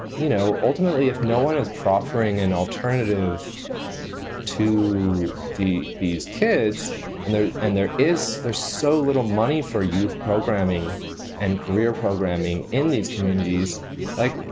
you know, ultimately, if no one is proffering an alternative to the these kids and there and there is there's so little money for youth programming and career programming in these communities like,